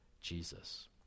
Jesus